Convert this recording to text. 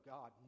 God